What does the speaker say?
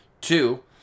two